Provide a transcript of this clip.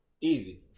Easy